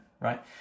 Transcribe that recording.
right